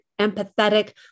empathetic